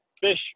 fish